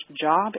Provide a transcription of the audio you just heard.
job